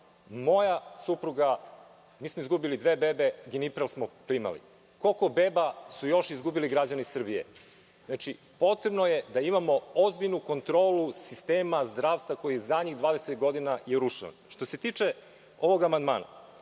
Moja supruga, mi smo izgubili dve bebe - ginipral smo primali. Koliko beba su još izgubili građani Srbije? Znači, potrebno je da imamo ozbiljnu kontrolu sistema zdravstva koji je zadnjih 20 godina urušen. Što se tiče ovog amandmana,